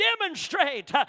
demonstrate